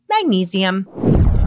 magnesium